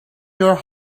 your